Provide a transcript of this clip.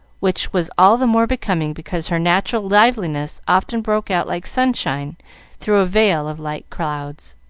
which was all the more becoming because her natural liveliness often broke out like sunshine through a veil of light clouds.